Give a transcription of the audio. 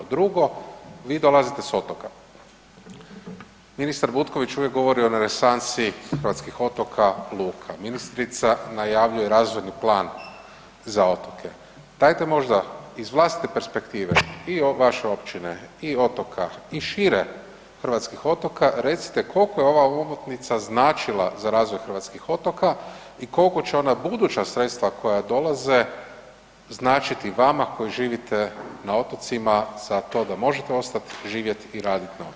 Drugo, vi dolazite s otoka, ministar Butković je uvijek govorio o renesansi hrvatskih otoka, luka, ministrica najavljuje razvojni plan za otoke, dajte možda iz vlastite perspektive i vaše općine i otoka i šire hrvatskih otoka recite koliko je ova omotnica značila za razvoj hrvatskih otoka i koliko će ona buduća sredstva koja dolaze značiti vama koji živite vama na otocima za to da možete ostati živjet i radit na otocima?